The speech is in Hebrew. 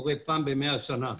שקורה פעם ב-100 שנים,